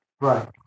Right